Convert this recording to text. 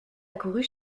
accourut